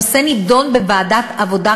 הנושא נדון בוועדת העבודה,